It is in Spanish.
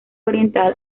oriental